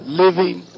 living